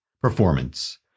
performance